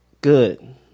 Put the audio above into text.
good